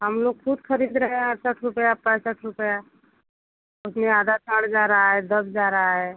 हम लोग ख़ुद ख़रीद रहे हैं अड़सठ रुपया पैंसठ रुपया उसमें आधा सड़ जा रहा है दब जा रहै है